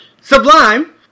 Sublime